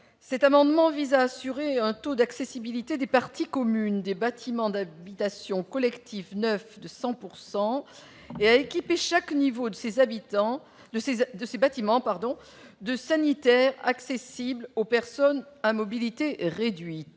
Cet amendement vise à assurer un taux d'accessibilité de 100 % des parties communes des bâtiments d'habitation collectifs neufs en équipant chaque niveau de ces bâtiments de sanitaires accessibles aux personnes à mobilité réduite.